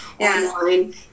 online